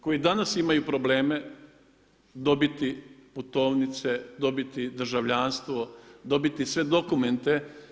Koji danas imaju probleme dobiti putovnice, dobiti državljanstvo, dobiti sve dokumente.